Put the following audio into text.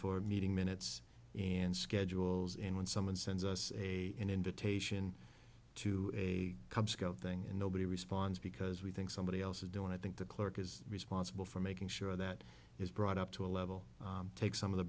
for meeting minutes and schedules and when someone sends us a an invitation to a cub scout thing and nobody responds because we think somebody else is doing i think the clerk is responsible for making sure that is brought up to a level take some of the